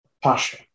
Pasha